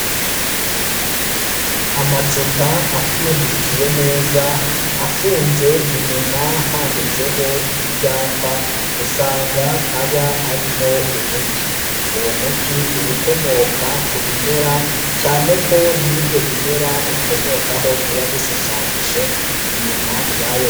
Amacupa apfundikiye neza, afunze inyuma handitseho ibyapa, usanga aba arimo umuti, uwo muti uba ukomoka ku bimera, cyane ko n'ibyo bimera ukomokaho biba bishushanyije inyuma yayo...